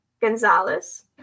Gonzalez